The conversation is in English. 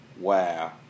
Wow